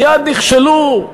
מייד: נכשלו.